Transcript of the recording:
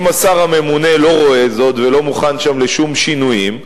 אם השר הממונה לא רואה זאת ולא מוכן שם לשום שינויים,